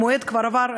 המועד כבר עבר,